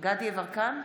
גדי יברקן,